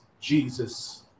Jesus